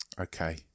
Okay